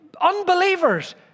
unbelievers